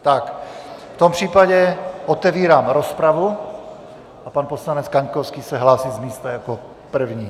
Tak v tom případě otevírám rozpravu a pan poslanec Kaňkovský se hlásí z místa jako první.